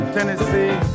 Tennessee